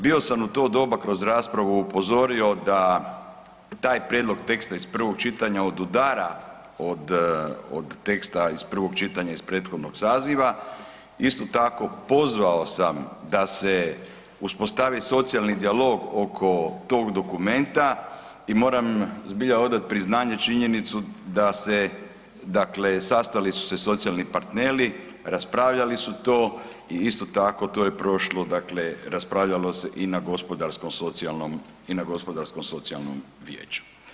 Bio sam u to doba kroz raspravu upozorio da taj prijedlog teksta iz prvog čitanja odudara od teksta iz prvog čitanja iz prethodnog saziva, isto tako pozvao sam da se uspostavi socijalni dijalog oko tog dokumenta i moram zbilja odat priznaje činjenicu da se dakle, sastali su se socijalni partneri, raspravljali su to i isto tako to je prošlo, dakle raspravljalo se i na gospodarsko socijalnom i na gospodarsko socijalnom vijeću.